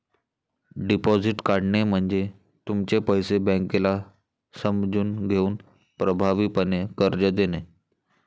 deposit काढणे म्हणजे तुमचे पैसे बँकेला समजून घेऊन प्रभावीपणे कर्ज देणे